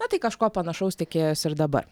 na tai kažko panašaus tikėjosi ir dabar